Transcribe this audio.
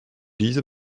dise